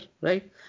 right